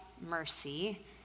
mercy